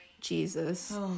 Jesus